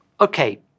okay